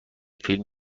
فیلم